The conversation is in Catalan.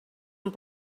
amb